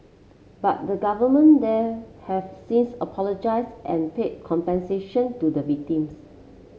but the government there have since apologised and paid compensation to the victims